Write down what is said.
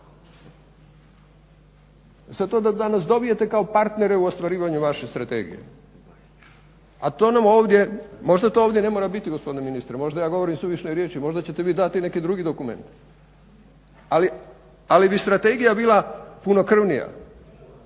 Sada to dok danas dobijete kao partnere u ostvarivanju vaše strategije, a to nam ovdje, možda to ovdje ne mora biti gospodine ministre, možda ja govorimo suvišne riječi, možda ćete mi dati neki drugi dokument. Ali bi strategija bila punokrvnija,